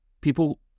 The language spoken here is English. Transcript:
People